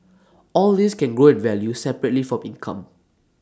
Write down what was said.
all these can grow in value separately from income